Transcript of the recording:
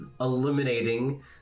eliminating